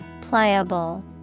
Pliable